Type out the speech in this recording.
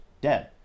dead